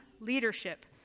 leadership